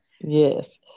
Yes